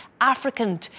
African